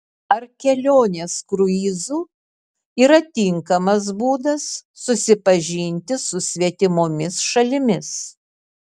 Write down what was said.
ar kelionės kruizu yra tinkamas būdas susipažinti su svetimomis šalimis